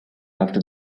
after